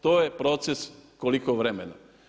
To je proces koliko vremena.